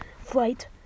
flight